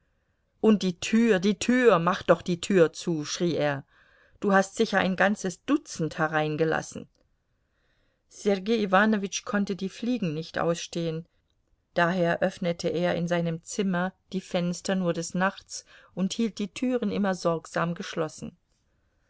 und die tür die tür mach doch die tür zu schrie er du hast sicher ein ganzes dutzend hereingelassen sergei iwanowitsch konnte die fliegen nicht ausstehen daher öffnete er in seinem zimmer die fenster nur des nachts und hielt die türen immer sorgsam geschlossen